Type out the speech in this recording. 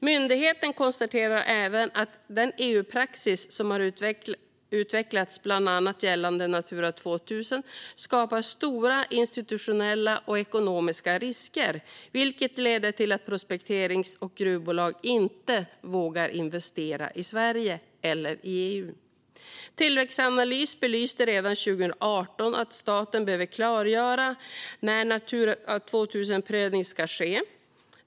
Myndigheten konstaterar även att den EU-praxis som har utvecklats bland annat gällande Natura 2000 skapar stora institutionella och ekonomiska risker, vilket leder till att prospekterings och gruvbolag inte vågar investera i Sverige eller EU. Tillväxtanalys belyste redan 2018 att staten behöver klargöra när Natura 2000-prövningen ska ske.